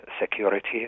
security